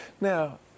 Now